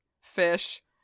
fish